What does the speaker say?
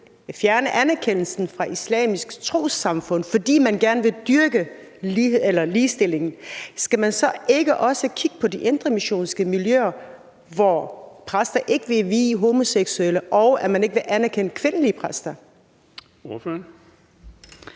vil fjerne anerkendelsen fra islamiske trossamfund, fordi man gerne vil dyrke ligestilling, skal man så ikke også kigge på de indremissionske miljøer, hvor præster ikke vil vie homoseksuelle, og hvor man ikke vil anerkende kvindelige præster? Kl.